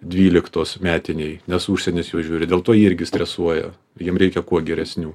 dvyliktos metiniai nes užsienis juos žiūri dėl to jie irgi stresuoja jiem reikia kuo geresnių